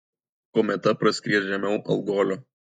kometa praskries žemiau algolio